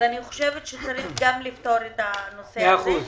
אני חושבת שצריך לפתור את הנושא הזה.